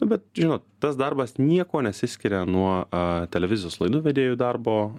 nu bet žinot tas darbas niekuo nesiskiria nuo televizijos laidų vedėjų darbo